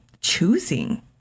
choosing